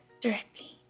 directly